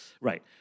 Right